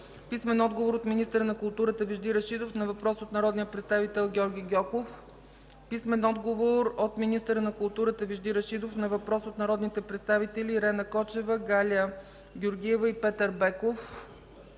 Емил Райнов; - министъра на културата Вежди Рашидов на въпрос от народния представител Георги Гьоков; - министъра на културата Вежди Рашидов на въпрос от народните представители Ирена Кочева, Галя Георгиева и Петър Беков;